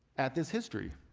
at this history